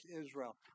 Israel